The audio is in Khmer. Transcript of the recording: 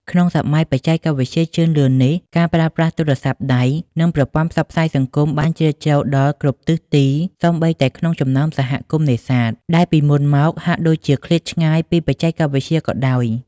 ក្នុងសម័យបច្ចេកវិទ្យាជឿនលឿននេះ ការប្រើប្រាស់ទូរស័ព្ទដៃ និងប្រព័ន្ធផ្សព្វផ្សាយសង្គមបានជ្រៀតចូលដល់គ្រប់ទិសទី សូម្បីតែក្នុងចំណោមសហគមន៍នេសាទដែលពីមុនមកហាក់ដូចជាឃ្លាតឆ្ងាយពីបច្ចេកវិទ្យាក៏ដោយ។